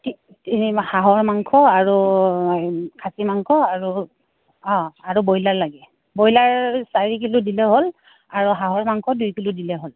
তিনি হাঁহৰ মাংস আৰু খাচী মাংস আৰু অঁ আৰু ব্ৰইলাৰ লাগে ব্ৰইলাৰ চাৰি কিলো দিলে হ'ল আৰু হাঁহৰ মাংস দুই কিলো দিলে হ'ল